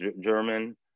German